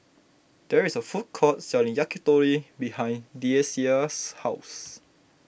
there is a food court selling Yakitori behind Deasia's house